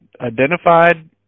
identified